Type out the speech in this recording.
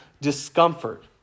discomfort